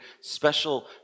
special